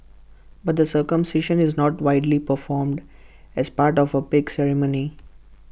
but the circumcision is not widely performed as part of A big ceremony